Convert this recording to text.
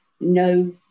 no